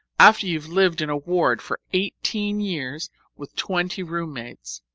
after you've lived in a ward for eighteen years with twenty room-mates,